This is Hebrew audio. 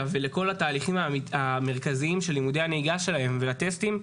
ולתהליכים המרכזיים של לימודי הנהיגה שלהם ולטסטים,